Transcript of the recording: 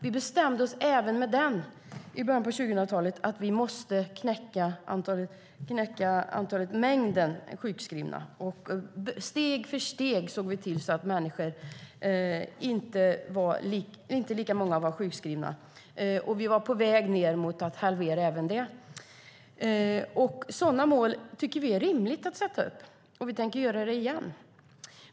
Vi bestämde oss i början av 2000-talet för att vi även måste knäcka mängden sjukskrivna. Steg för steg såg vi till att inte lika många människor var sjukskrivna. Vi var på väg ned mot att halvera även det. Sådana mål tycker vi att det är rimligt att sätta upp, och vi tänker göra det igen.